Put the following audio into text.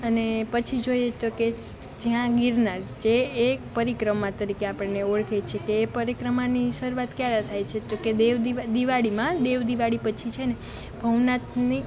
અને પછી જોઈએ તો કે જ્યાં ગિરનાર જે એક પરિક્રમા તરીકે આપણને ઓળખે છે તે પરિક્રમાની શરૂઆત ક્યારે થાય છે તો કહે દેવ દિવાળીમાં દેવ દિવાળી પછી છે ને ભવનાથની